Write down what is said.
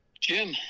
Jim